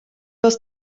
was